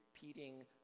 repeating